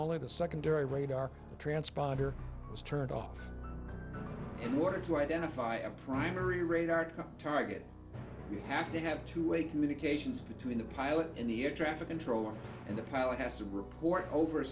only the secondary radar transponder was turned off in order to identify a primary radar target you have to have two way communications between the pilot in the air traffic controller and the pilot has to report over